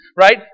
right